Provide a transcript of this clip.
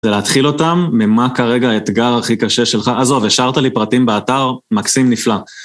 זה להתחיל אותם, ממה כרגע האתגר הכי קשה שלך. עזוב, השארת לי פרטים באתר, מקסים נפלא.